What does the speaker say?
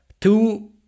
two